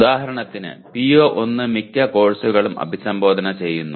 ഉദാഹരണത്തിന് PO1 മിക്ക കോഴ്സുകളും അഭിസംബോധന ചെയ്യുന്നു